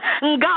God